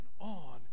on